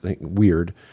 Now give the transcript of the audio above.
weird